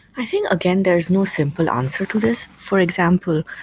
i think, again, there's no simple answer to this. for example,